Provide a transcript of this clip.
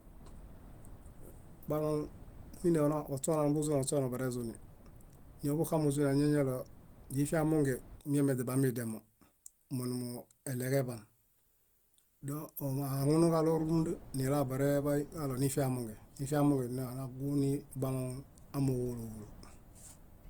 Baloŋ kuine ośona nuḃuzuni ośona barezuni. Ñoḃuxaḃuzuni añoniñaɭo źifiamonge miame źibamidiamo. Monumueɭeġeḃaan. Dõ ómahaŋunuġaɭo rúmunda nilabareḃaiġaɭo nifiamonge. Nifiamonge na nagũ nibaloŋ amooġo úlu úlu.